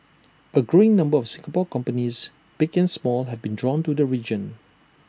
A growing number of Singapore companies big and small have been drawn to the region